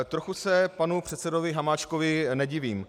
Trochu se panu předsedovi Hamáčkovi nevidím.